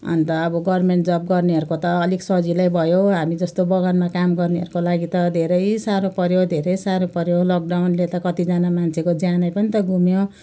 अन्त अब गभर्मेन्ट जब गर्नेहरूको त अलिक सजिलै भयो हामी जस्तो बगानमा काम गर्नेहरूको लागि त धेरै साह्रो पऱ्यो धेरै साह्रो पऱ्यो लकडाउनले त कतिजना मान्छेको ज्यानै पनि त गुम्यो